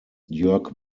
jörg